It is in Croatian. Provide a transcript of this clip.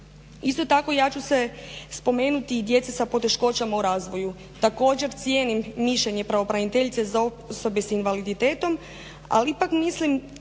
Isto tako ja ću spomenuti djecu s poteškoćama u razvoju, također cijenim mišljenje pravobraniteljice za osobe sa invaliditetom ali ipak mislim